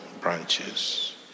branches